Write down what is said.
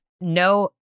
no